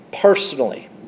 personally